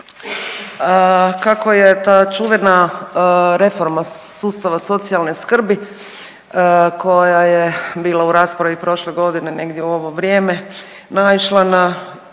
kako je ta čuvena reforma sustava socijalne skrbi koja je bila u raspravi prošle godine negdje u ovo vrijeme naišla na